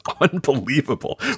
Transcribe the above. unbelievable